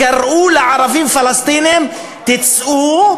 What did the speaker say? קראו לערבים פלסטינים: תצאו,